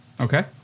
Okay